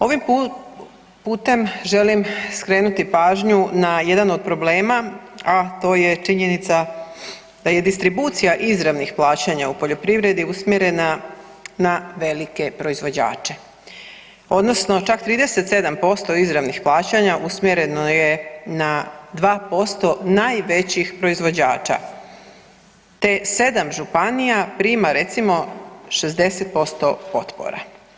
Ovim putem želim skrenuti pažnju na jedan od problema, a to je činjenica da je distribucija izravnih pla anja u poljoprivredi usmjerena na velike proizvođače, odnosno čak 37% izravnih plaćanja umjereno je u na 2% najvećih proizvođača, te 7 županija prima recimo 60% potpora.